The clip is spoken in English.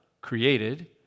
created